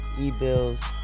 E-Bills